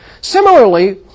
Similarly